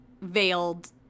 veiled